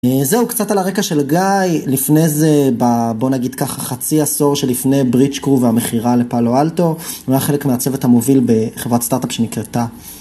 זהו, קצת על הרקע של גיא, לפני זה ב... בוא נגיד ככה, חצי עשור שלפני בריץ' קרו והמכירה לפעלו אלטו, והוא היה חלק מהצוות המוביל בחברת סטארט-אפ שנקראתה.